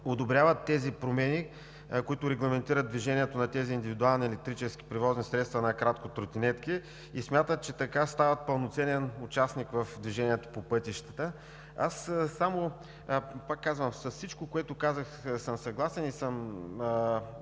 одобряват тези промени, които регламентират движението на тези индивидуални електрически превозни средства, накратко тротинетки, и смятат, че така стават пълноценен участник в движението по пътищата. Пак казвам, с всичко, което казахте, съм съгласен и